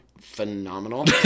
Phenomenal